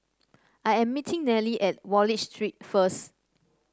I am meeting Nellie at Wallich Street first